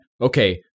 okay